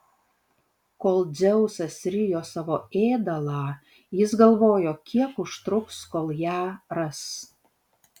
kol dzeusas rijo savo ėdalą jis galvojo kiek užtruks kol ją ras